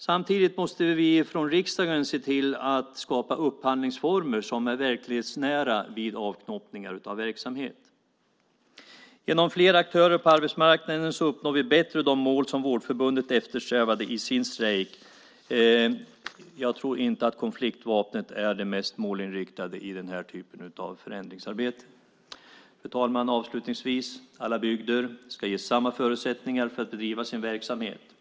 Samtidigt måste vi från riksdagen se till att skapa upphandlingsformer som är verklighetsnära vid avknoppningar av verksamhet. Genom fler aktörer på arbetsmarknaden uppnår vi bättre de mål som Vårdförbundet eftersträvade i sin strejk. Jag tror inte att konfliktvapnet är det mest målinriktade i den här typen av förändringsarbete. Fru talman! Alla bygder ska ges samma förutsättningar att bedriva sin verksamhet.